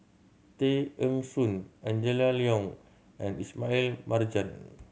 Tay Eng Soon Angela Liong and Ismail Marjan